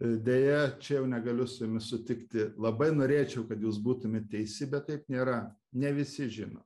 deja čia jau negaliu su jumis sutikti labai norėčiau kad jūs būtumėt teisi bet taip nėra ne visi žino